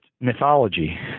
mythology